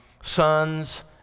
sons